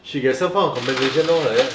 she gets some kind of compensation lor like that